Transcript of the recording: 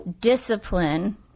discipline